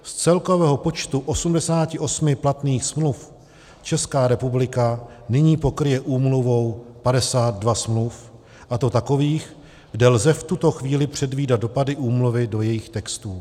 Z celkového počtu 88 platných smluv Česká republika nyní pokryje úmluvou 52 smluv, a to takových, kde lze v tuto chvíli předvídat dopady úmluvy do jejich textů.